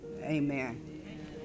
Amen